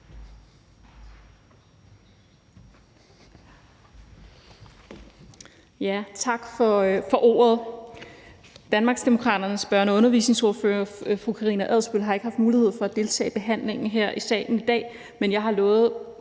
Tak for ordet. Danmarksdemokraternes børne- og undervisningsordfører, fru Karina Adsbøl, har ikke haft mulighed for at deltage i behandlingen her i salen i dag, men jeg har lovet